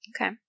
okay